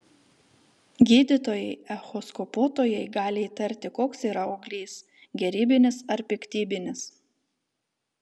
gydytojai echoskopuotojai gali įtarti koks yra auglys gerybinis ar piktybinis